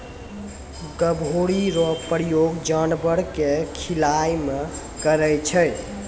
गभोरी रो प्रयोग जानवर के खिलाय मे करै छै